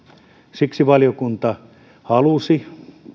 siksi valiokunta halusi